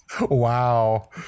Wow